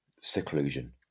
seclusion